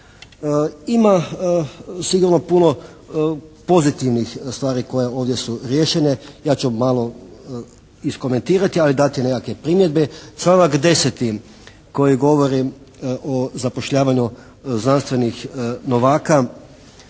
Ima sigurno puno pozitivnih stvari koje ovdje su riješene. Ja ću malo iskomentirati, ali dati nekakve primjedbe. Članak 10. koji govori o zapošljavanju znanstvenih novaka